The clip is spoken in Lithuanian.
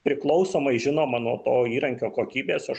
priklausomai žinoma nuo to įrankio kokybės aš